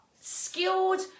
skilled